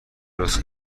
درست